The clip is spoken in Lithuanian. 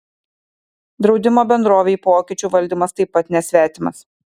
draudimo bendrovei pokyčių valdymas taip pat nesvetimas